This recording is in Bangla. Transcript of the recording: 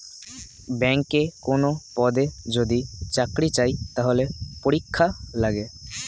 ব্যাংকে কোনো পদে যদি চাকরি চায়, তাহলে পরীক্ষা লাগে